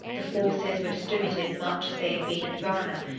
the forces were distributed much as they had been at varna,